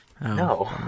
No